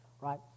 Right